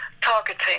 targeting